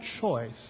choice